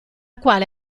quale